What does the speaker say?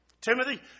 Timothy